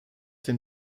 den